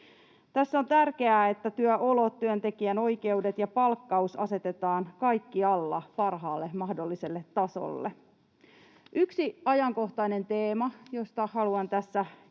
Tässä on tärkeää, että työolot, työntekijän oikeudet ja palkkaus asetetaan kaikkialla parhaalle mahdolliselle tasolle. Yksi ajankohtainen teema, josta haluan tässä